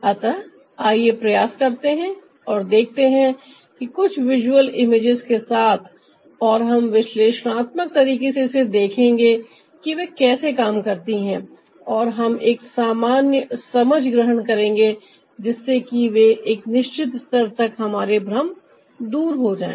अतः आइए प्रयास करते हैं और देखते हैं कि कुछ विजुअल इमेजेस के साथ और हम विश्लेषणात्मक तरीके से इसे देखेंगे कि वे कैसे काम करती है और हम एक सामान्य समझ ग्रहण करेंगे जिससे कि एक निश्चित स्तर तक हमारे भ्रम दूर हो जाएं